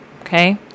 Okay